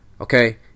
Okay